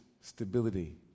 stability